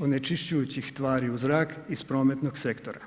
onečišćujućih tvari u zrak iz prometnog sektora.